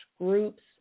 groups